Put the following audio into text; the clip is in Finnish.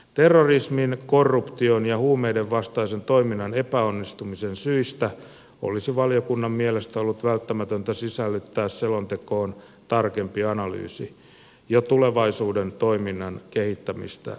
terrorismin korruption ja huumeiden vastaisen toiminnan epäonnistumisen syistä olisi valiokunnan mielestä ollut välttämätöntä sisällyttää selontekoon tarkempi analyysi tulevaisuuden toiminnan kehittämistä silmällä pitäen